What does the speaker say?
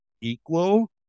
equal